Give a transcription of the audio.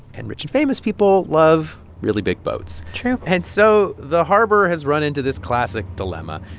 and rich and famous people love really big boats true and so the harbor has run into this classic dilemma.